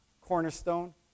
Cornerstone